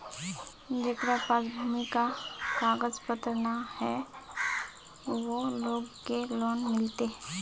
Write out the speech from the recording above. जेकरा पास भूमि का कागज पत्र न है वो लोग के लोन मिलते?